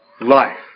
life